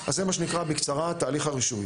אז זה מה שנקרא בקצרה תהליך הרישוי.